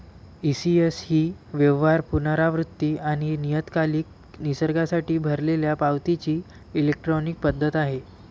ECS ही व्यवहार, पुनरावृत्ती आणि नियतकालिक निसर्गासाठी भरलेल्या पावतीची इलेक्ट्रॉनिक पद्धत आहे